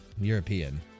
European